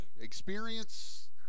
experience